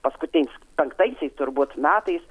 paskutiniais penktaisiais turbūt metais